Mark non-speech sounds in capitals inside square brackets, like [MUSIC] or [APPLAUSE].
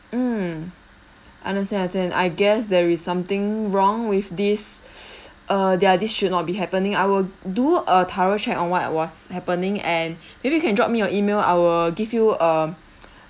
mm understand understand I guess there is something wrong with this [BREATH] err ya this should not be happening I will do a thorough check on what it was happening and maybe you can drop me your email I will give you a